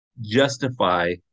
justify